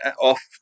off